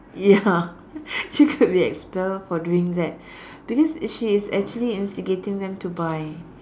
ya she could be expelled for doing that because she is actually instigating them to buy